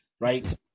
right